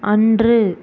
அன்று